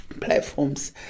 platforms